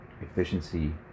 efficiency